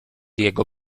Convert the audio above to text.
jego